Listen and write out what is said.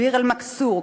ביר-אלמכסור.